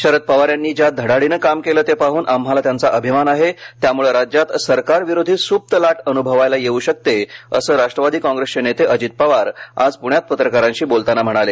शरद पवार यांनी ज्या धडाडीने काम केलं ते पाहून आम्हाला त्यांचा अभिमान आहे त्यामुळे राज्यात सरकारविरोधी सुप्त लाट अनुभवायला येऊ शकते असं राष्टवादी काँग्रेसचे नेते अजित पवार आज प्ण्यात पत्रकारांशी बोलताना म्हणाले